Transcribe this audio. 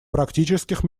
практических